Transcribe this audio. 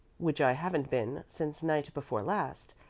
which i haven't been since night before last,